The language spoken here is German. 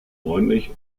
bräunlich